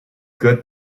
good